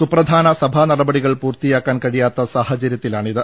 സുപ്രധാന സഭാ നടപടികൾ പൂർത്തിയാക്കാൻ കഴിയാത്ത സാഹചര്യത്തിലാണിത്